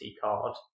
card